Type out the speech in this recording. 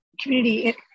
Community